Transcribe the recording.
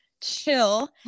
chill